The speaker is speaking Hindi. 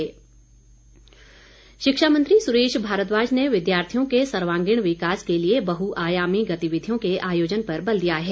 मारद्वाज शिक्षा मंत्री सुरेश भारद्वाज ने विद्यार्थियों के सर्वागीण विकास के लिए बहुआयामी गतिविधियों के आयोजन पर बल दिया है